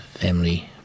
family